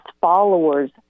followers